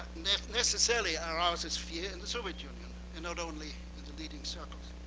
necessarily arouses fear in the soviet union, and not only in the leading circles.